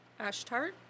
Ashtart